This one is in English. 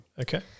Okay